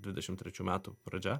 dvidešimt trečių metų pradžia